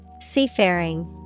Seafaring